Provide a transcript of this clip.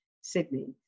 Sydney